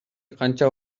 канча